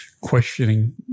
questioning